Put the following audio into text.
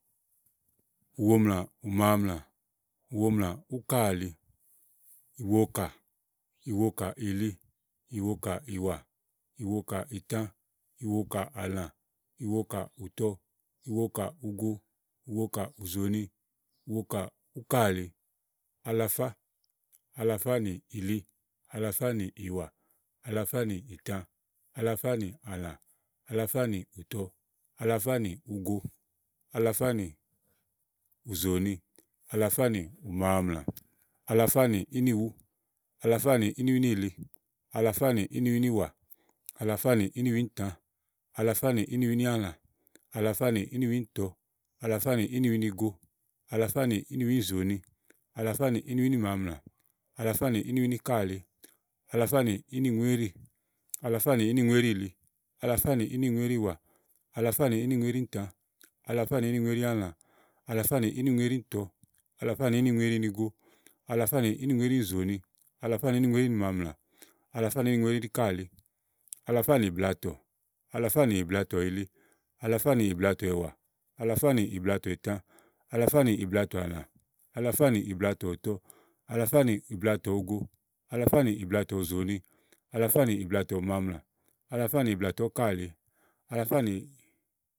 ìwomlàùmaamlà, ìwomlàúkàli, ìwoká, ìwokàìli, ìwokàìwà, ìwokàìtã, ìwokàìtã, ìwokààlã, ìwokàùtɔ, ìwokàugo, ìwokàùzòòni, ìwokàúkàli alafá alafá nì ìli, alafá nì ìwà, alafá nììtã, alafá nì álã, alafá nì ùtɔ, alafá nì ugo, alafá nì ùzòòni, alafá nì ùmaamlà, alafá nì úkàli alafá nì ínìwú, alafá nì ínìwú ínìlì, alafá nì ìnìwúíníwà, alafá nì ínìwúìnìwà, alafá nì ínìwúíìntã, alafá nì ínìwúínìàlã, alafá nì ínìwúí nígo, alafá nì ínìwúíìnzòò ni, alafá nì ínìwúínìmaamlà, alafá nì ínìwúíníkàli, alafá nì ínìŋúéɖì, alafá nì ínìŋúéɖiínìli, alafá nì ínìŋúéɖi ínìwà, alafá nì ínìŋúéɖi íìntɔ, alafá nì ínìŋúéɖí ínigo, alafá nì ínìŋúéɖi íìnzooni, alafá nì ínìŋúéɖiínìmaamlà, alafá nì ínìŋúéɖi íníkàli alafá nì ìblatɔ, alafá nì ìblatɔ̀ìli, alafá nì ìblatɔ̀ ìwà alafá nì ìblatɔ̀ìtã, alafá nì ìblatɔ̀àlã, alafá nì ìblatɔ̀ùtɔ, alafá nì ìblatɔ̀ùtɔ, alafá nì ìblatɔ̀ùtɔ, alafá nì ìblatɔugo, alafá nì ìblatɔ̀ ùzòòni, alafá nì ìblatɔ̀ùmaamlà, alafá nì ìblatɔ̀úkàli, alafá nì.